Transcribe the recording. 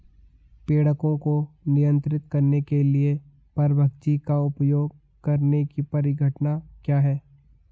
पीड़कों को नियंत्रित करने के लिए परभक्षी का उपयोग करने की परिघटना क्या है?